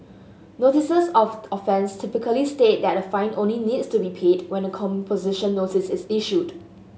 notices of offence typically state that a fine only needs to be paid when a composition notice is issued